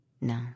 No